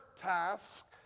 task